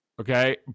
okay